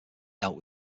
dealt